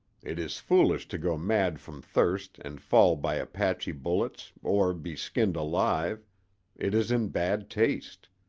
it is foolish to go mad from thirst and fall by apache bullets, or be skinned alive it is in bad taste.